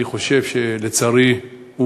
לצערי,